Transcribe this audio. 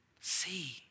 see